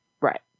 right